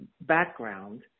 background